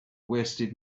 wasted